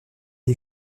est